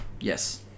Yes